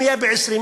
אם יהיה ב-20,